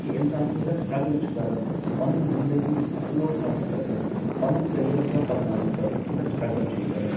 کہ اِنسان کٲژاہ سٕٹرٛگٕل چھُ کَران پَنُن زِندٕگی اٮ۪فلوٹ تھَونہٕ خٲطرٕ پَنُن کٔریَر برونٛہہ پکناونہٕ خٲطرٕ کٲژاہ سٕٹرٛگٕل چھُ یہِ کَران